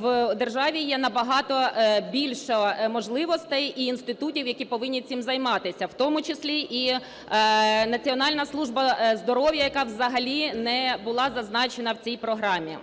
в державі є набагато більше можливостей і інститутів, які повинні цим займатися, в тому числі і Національна служба здоров'я, яка взагалі не була зазначена в цій програмі.